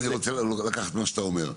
אבל רגע, אני רוצה להבין מה שאתה אומר: